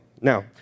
Now